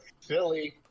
Philly